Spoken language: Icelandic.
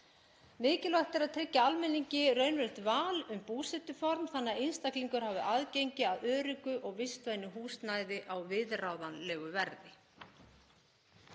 Mikilvægt er að tryggja almenningi raunverulegt val um búsetuform þannig að einstaklingar hafi aðgengi að öruggu og vistvænu húsnæði á viðráðanlegu verði.“